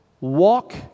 walk